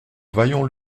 vaillant